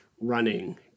running